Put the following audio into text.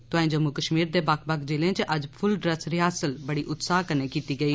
तुआईं जम्मू कश्मीर दे बक्ख बक्ख जिलें च अज्ज फूल ड्रेस रिहर्सल बड़ी उत्साह कन्नै कीती गेई